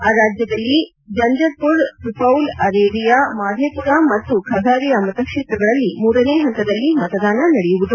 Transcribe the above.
ಆ ರಾಜ್ಯದಲ್ಲಿ ಜಂಜರ್ಪುರ್ ಸುಪೌಲ್ ಅರೇರಿಯಾ ಮಾಧೇಪುರ ಮತ್ತು ಖಗಾರಿಯಾ ಮತಕ್ಷೇತ್ರಗಳಲ್ಲಿ ಮೂರನೇ ಹಂತದಲ್ಲಿ ಮತದಾನ ನಡೆಯುವುದು